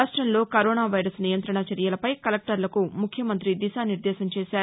రాష్టంలో corona virus నియంత్రణ చర్యలపై కలెక్టర్లకు ముఖ్యమంతి దిశానిర్దేశం చేశారు